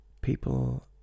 People